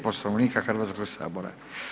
Poslovnika Hrvatskog sabora.